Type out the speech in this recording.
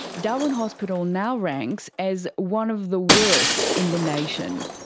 darwin hospital now ranks as one of the worst in the nation.